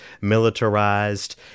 militarized